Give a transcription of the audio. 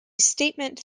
statement